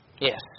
Yes